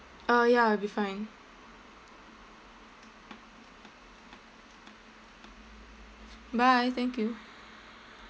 uh ya will be fine bye thank you